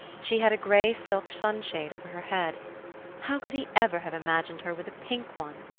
she had a grey silk sunshade over her head how could he ever have imagined her with a pink one?